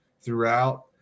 throughout